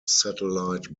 satellite